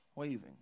waving